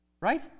Right